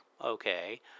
okay